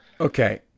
Okay